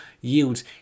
yields